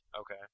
Okay